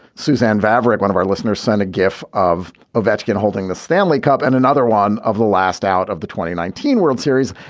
suzanne vavreck, one of our listeners, sent a gif of a vatican holding the stanley cup. and another one of the last out of the twenty nineteen world series.